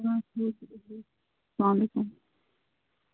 سَلام علیکُم